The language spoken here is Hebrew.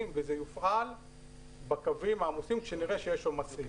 וזה יופעל בקווים העמוסים כשנראה שיש עומסים.